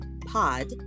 Pod